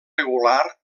regular